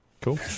cool